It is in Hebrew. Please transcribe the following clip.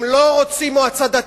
הם לא רוצים מועצה דתית,